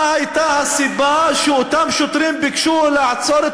מה הייתה הסיבה שאותם שוטרים ביקשו לעצור את